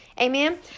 Amen